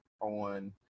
on